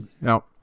no